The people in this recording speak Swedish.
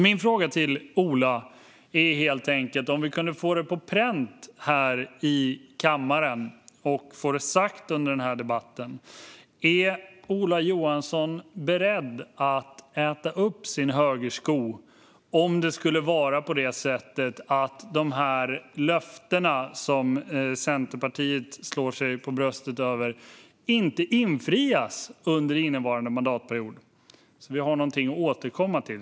Min fråga till Ola är därför helt enkelt om vi kunde få detta på pränt här i kammaren och få det sagt under debatten: Är Ola Johansson beredd att äta upp sin högersko om det skulle vara på det sättet att de löften som Centerpartiet slår sig för bröstet för inte infrias under innevarande mandatperiod? Då har vi någonting att återkomma till.